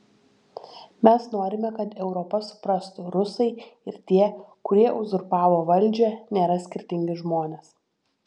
mes norime kad europa suprastų rusai ir tie kurie uzurpavo valdžią nėra skirtingi žmonės